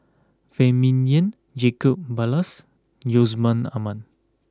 Phan Ming Yen Jacob Ballas Yusman Aman